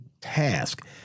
task